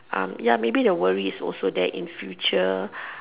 maybe ya the worry is also that in future